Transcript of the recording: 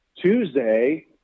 Tuesday